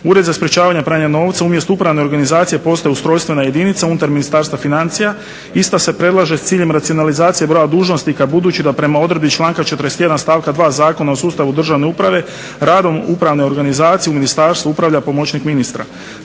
Ured za sprječavanje pranja novca umjesto upravne organizacije postaje ustrojstvena jedinica unutar Ministarstva financija. Ista se predlaže s ciljem racionalizacije broja dužnosnika budući da prema odredbi članka 41. Stavka 2. Zakona o sustavu državne uprave radom upravne organizacije u ministarstvu upravlja pomoćnik ministra.